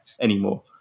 anymore